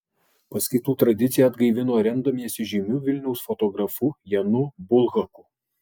paskaitų tradiciją atgaivino remdamiesi žymiu vilniaus fotografu janu bulhaku